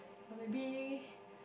oh maybe